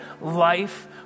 life